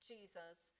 Jesus